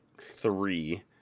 three